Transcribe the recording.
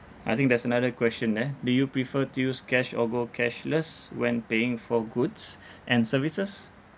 I think there's another question there do you prefer to use cash or go cashless when paying for goods and services